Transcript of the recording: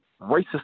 racist